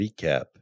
Recap